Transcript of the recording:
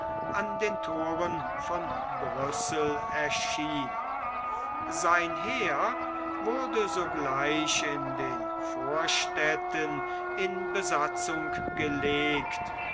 an den thoren von brüssel erschien sein heer wurde sogleich in den vorstädten in besatzung gelegt